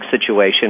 situation